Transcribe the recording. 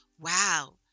wow